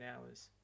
hours